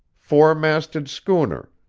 four-masted schooner,